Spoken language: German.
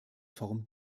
form